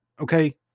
Okay